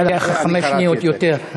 מגיעות לך חמש שניות יותר.